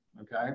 okay